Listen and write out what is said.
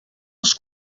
els